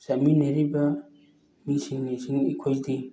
ꯆꯠꯃꯤꯟꯅꯔꯤꯕ ꯃꯤꯁꯤꯡꯅꯁꯨ ꯑꯩꯈꯣꯏꯗꯤ